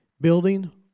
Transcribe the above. building